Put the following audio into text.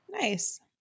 nice